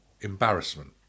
Embarrassment